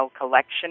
Collection